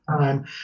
time